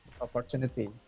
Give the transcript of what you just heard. opportunity